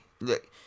Look